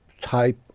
type